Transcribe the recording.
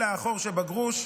אלא החור שבגרוש.